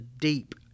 deep